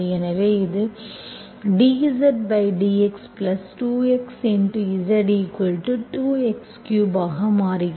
எனவே இது dZdx 2x Z2 x3ஆக மாறுகிறது